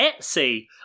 Etsy